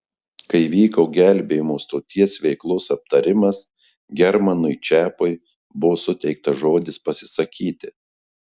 kai vyko gelbėjimo stoties veiklos aptarimas germanui čepui buvo suteiktas žodis pasisakyti